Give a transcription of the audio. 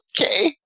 okay